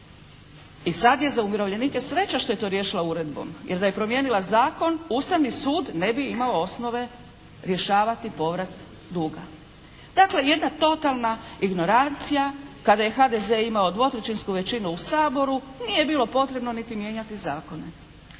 I sad je za umirovljenike sreća što je to riješila uredbom. Jer da je promijenila zakon Ustavni sud ne bi imao osnove rješavati povrat duga. Dakle jedna totalna ignoracija. Kada je HDZ imao dvotrećinsku većinu u Saboru nije bilo potrebno niti mijenjati zakon.